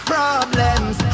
Problems